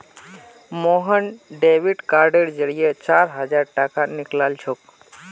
Mohan debit कार्डेर जरिए चार हजार टाका निकलालछोक